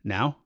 Now